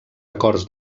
acords